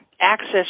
access